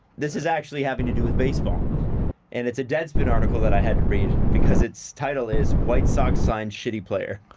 this is actually having to do with baseball and it's a deadspin article that i had to read because its title is, white sox sign shitty player.